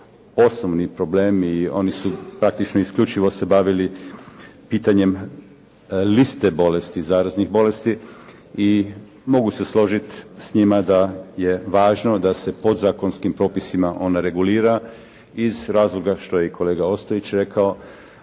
osnovni problem i oni su praktično, isključivo se bavili pitanjem liste bolesti, zaraznih bolesti i mogu se složiti s njima da je važno da se podzakonskim propisima ona regulira iz razloga što je i kolega Ostojić rekao